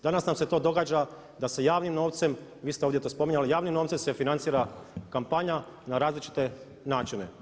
Danas nam se to događa da se javnim novcem, vi ste ovdje to spominjali, javnim novcem se financira kampanja na različite načine.